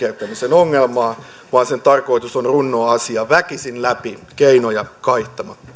ongelmaa vaan sen tarkoitus on runnoa asia väkisin läpi keinoja kaihtamatta kysynkin teiltä